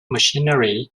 machinery